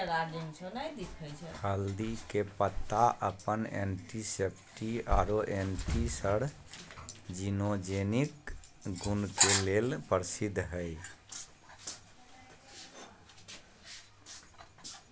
हल्दी के पत्ता अपन एंटीसेप्टिक आरो एंटी कार्सिनोजेनिक गुण के लेल प्रसिद्ध हई